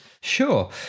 Sure